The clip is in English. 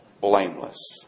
Blameless